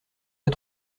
pas